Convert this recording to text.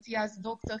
הייתי אז דוקטור,